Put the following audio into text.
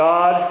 God